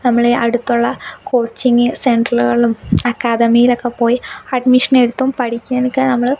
നമ്മൾ ഈ അടുത്തുള്ള കോച്ചിങ് സെന്ററുകളിലും അക്കാഡമിയിൽ ഒക്കെ പോയി അഡ്മിഷൻ എടുത്തും പഠിക്കാനൊക്കെ നമ്മൾ